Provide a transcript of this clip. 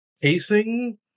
pacing